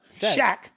Shaq